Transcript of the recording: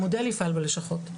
המודל יפעל בלשכות.